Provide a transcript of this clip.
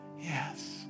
Yes